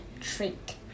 Treat